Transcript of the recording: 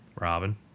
Robin